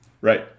Right